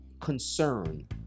concern